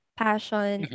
passion